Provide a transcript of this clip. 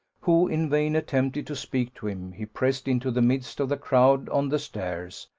who in vain attempted to speak to him, he pressed into the midst of the crowd on the stairs,